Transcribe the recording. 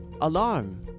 alarm